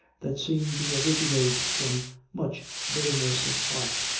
that seemed to originate from much bitterness of heart.